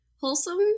wholesome